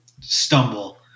Stumble